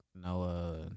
no